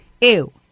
ew